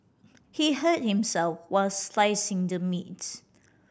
he hurt himself while slicing the meats